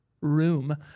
room